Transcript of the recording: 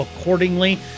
accordingly